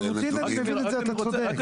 לחלוטין אני מבין את זה אתה צודק.